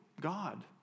God